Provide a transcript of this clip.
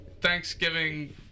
Thanksgiving